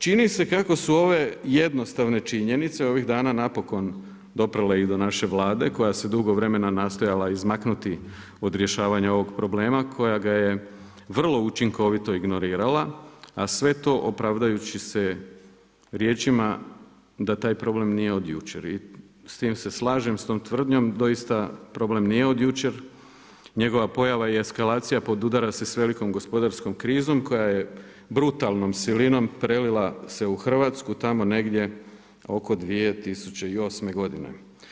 Čini se kako su ove jednostavne činjenice ovih dana napokon doprle i do naše Vlade koja se dugo vremena nastojala izmaknuti od rješavanja ovog problema koja ga je vrlo učinkovito ignorirala, a sve time opravdajući se riječima da taj problem nije od jučer i s time slažem s tom tvrdnjom, doista problem nije od jučer, njegova pojava i eskalacija podudara se s velikom gospodarskom krizom koja je brutalnom silinom prelila se u Hrvatsku tako negdje oko 2008. godine.